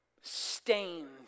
stained